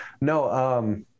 No